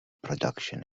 production